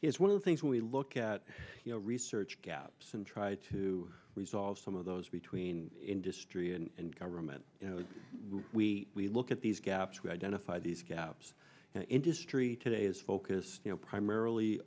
is one of the things we look at you know research gaps and try to resolve some of those between industry and government you know we we look at these gaps to identify these gaps and industry today is focused primarily